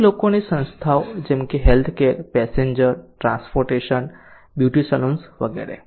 પછી લોકોની સંસ્થાઓ જેમ કે healthcare passenger transportation beauty salons વગેરે